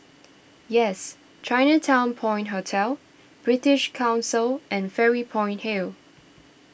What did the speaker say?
Yes Chinatown Point Hotel British Council and Fairy Point Hill